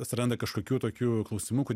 atsiranda kažkokių tokių klausimų kad